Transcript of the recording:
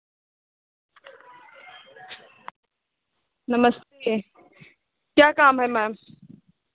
नमस्ते क्या काम है मैम